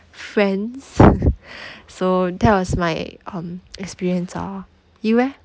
friends so that was my um experience ah you eh